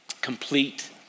complete